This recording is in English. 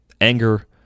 anger